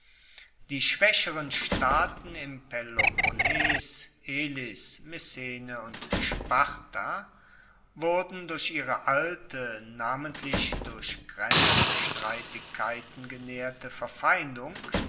die schwaecheren staaten im peloponnes elis messene und sparta wurden durch ihre alte namentlich durch grenzstreitigkeiten genaehrte verfeindung